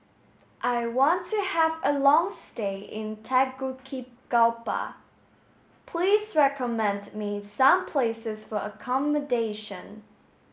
I want to have a long stay in Tegucigalpa please recommend me some places for accommodation